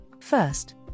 first